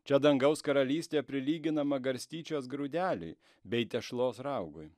čia dangaus karalystė prilyginama garstyčios grūdeliui bei tešlos raugui